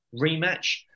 rematch